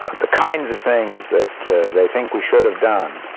the kinds of things that they think we should've done,